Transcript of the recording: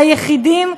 היחידים,